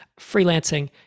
freelancing